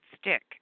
stick